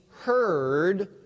heard